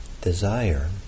desire